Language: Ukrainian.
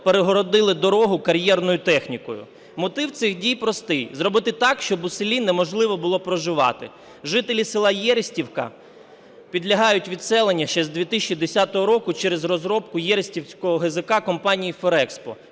перегородили дорогу кар'єрною технікою. Мотив цих дій простий – зробити так, щоб у селі неможливо було проживати. Жителі села Єристівка підлягають відселенню ще з 2010 року через розробку Єристівського ГЗК компанією Ferrexpo.